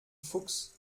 fuchs